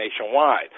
nationwide